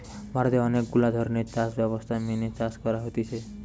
ভারতে অনেক গুলা ধরণের চাষ ব্যবস্থা মেনে চাষ করা হতিছে